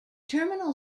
terminal